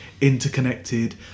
interconnected